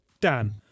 Dan